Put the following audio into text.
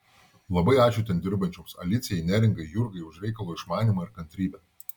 labai ačiū ten dirbančioms alicijai neringai jurgai už reikalo išmanymą ir kantrybę